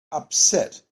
upset